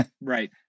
right